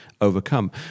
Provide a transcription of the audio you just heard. overcome